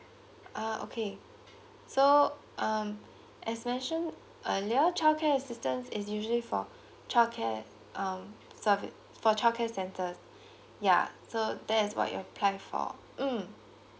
oh okay so um as mentioned earlier childcare assistance is usually for childcare um service for childcare centers yeah so that is what you apply for mm